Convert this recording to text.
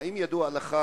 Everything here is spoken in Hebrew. האם ידוע לך,